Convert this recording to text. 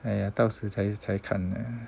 哎呀到时才才看 lah